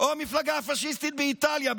או המפלגה הפשיסטית באיטליה?